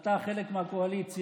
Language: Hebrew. אתה חלק מהקואליציה.